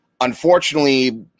unfortunately